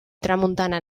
tramuntana